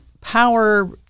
power